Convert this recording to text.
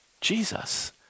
Jesus